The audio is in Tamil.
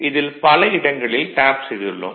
இதில் பல இடங்களில் டேப் செய்துள்ளோம்